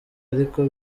ariko